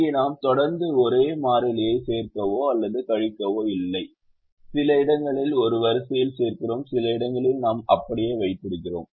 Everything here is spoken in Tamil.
இங்கே நாம் தொடர்ந்து ஒரே மாறிலியைச் சேர்க்கவோ அல்லது கழிக்கவோ இல்லை சில இடங்களை ஒரு வரிசையில் சேர்க்கிறோம் சில இடங்களை நாம் அப்படியே வைத்திருக்கிறோம்